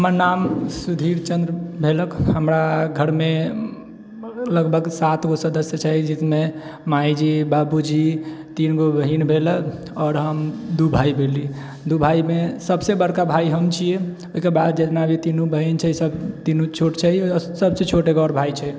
हमर नाम सुधीर चन्द्र भेलक हमरा घरमे लगभग सातगो सदस्य छै जाहिमे माइजी बाबूजी तीनगो बहिन भेल आओर हम दू भाइ भेली दू भाइमे सबसँ बड़का भाइ हम छिए ओहिके बाद जतना भी तीनू बहिन छै सब तीनू छोट छै सबसँ छोट एगो आओर भाइ छै